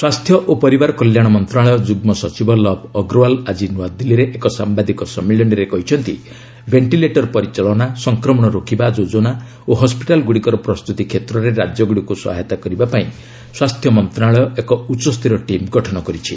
ସ୍ୱାସ୍ଥ୍ୟ ଓ ପରିବାର କଲ୍ୟାଣ ମନ୍ତ୍ରଣାଳୟ ଯୁଗ୍ମ ସଚିବ ଲବ୍ ଅଗ୍ରୱାଲ ଆଜି ନ୍ନଆଦିଲ୍ଲୀରେ ଏକ ସାମ୍ବାଦିକ ସମ୍ମିଳନୀରେ କହିଛନ୍ତି ଭେଷ୍ଟିଲେଟର ପରିଚାଳନା ସଂକ୍ରମଣ ରୋକିବା ଯୋଜନା ଓ ହସ୍କିଟାଲଗୁଡ଼ିକର ପ୍ରସ୍ତୁତି କ୍ଷେତ୍ରରେ ରାଜ୍ୟଗୁଡ଼ିକୁ ସହାୟତା କରିବା ପାଇଁ ସ୍ୱାସ୍ଥ୍ୟ ମନ୍ତ୍ରଣାଳୟ ଏକ ଉଚ୍ଚସ୍ତରୀୟ ଟିମ୍ ଗଠନ କରିଛି